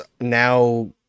now